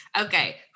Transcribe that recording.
Okay